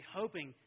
hoping